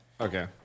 Okay